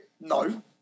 no